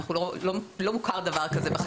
לא מוכר דבר כזה בחקיקה.